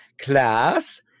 class